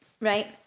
right